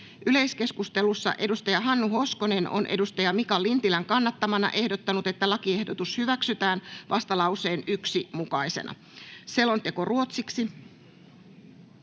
Yleiskeskustelussa Hannu Hoskonen on Mika Lintilän kannattamana ehdottanut, että lakiehdotus hyväksytään vastalauseen mukaisena. [Speech 4] Speaker: